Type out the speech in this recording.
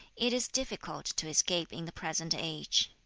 it is difficult to escape in the present age